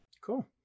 Cool